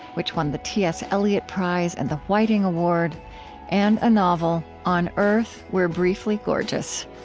which won the t s. eliot prize and the whiting award and a novel, on earth we're briefly gorgeous.